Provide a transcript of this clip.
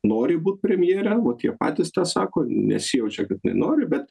nori būt premjere vat jie patys tą sako nesijaučia kad jinai nori bet